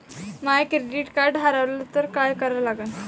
माय credit card हारवलं तर काय करा लागन?